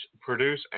produce